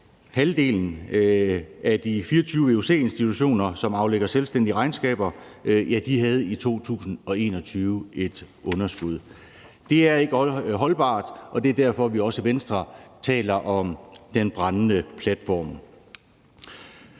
halvdelen af de 24 vuc-institutioner, som aflægger selvstændige regnskaber, i 2021 havde et underskud. Det er ikke holdbart, og det er derfor, vi også i Venstre taler om den brændende platform.